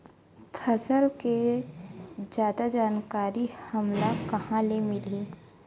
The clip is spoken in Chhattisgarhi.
फसल के जादा जानकारी हमला कहां ले मिलही?